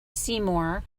seymour